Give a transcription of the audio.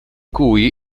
cui